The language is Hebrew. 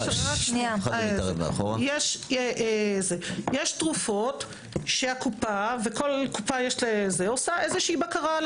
יש תרופות שהקופה עושה איזושהי בקרה על